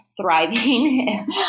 thriving